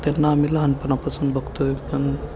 त्यांना आम्ही लहानपणापासून बघतो आहे पण